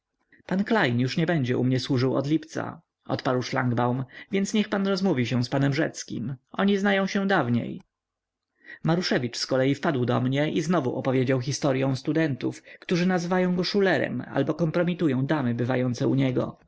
już nie będzie u mnie służył od lipca odparł szlangbaum więc niech pan rozmówi się z panem rzeckim oni znają się dawniej maruszewicz zkolei wpadł na mnie i znowu opowiedział historyą studentów którzy nazywają go szulerem albo kompromitują damy bywające u niego